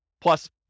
plus